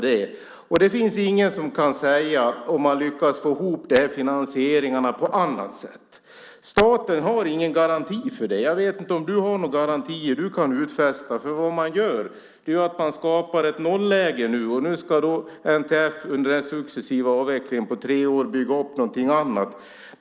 Det finns ingen som kan säga något om man kan lyckas få ihop finansieringen på annat sätt. Staten har ingen garanti. Jag vet inte om statsrådet kan utfästa några garantier. Det skapas nu ett nolläge, och nu ska NTF under en successiv avvecklingstid på tre år bygga upp något annat.